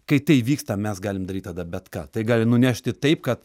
kai tai vyksta mes galim daryt tada bet ką tai gali nunešti taip kad